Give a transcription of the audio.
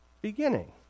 beginning